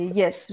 yes